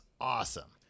awesome